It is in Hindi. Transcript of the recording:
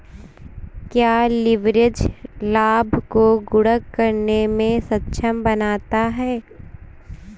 क्या लिवरेज लाभ को गुणक करने में सक्षम बनाता है?